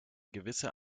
gewisse